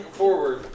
forward